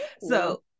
So-